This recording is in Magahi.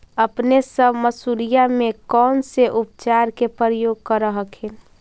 अपने सब मसुरिया मे कौन से उपचार के प्रयोग कर हखिन?